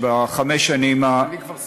בחמש שנים, אני כבר סיפרתי.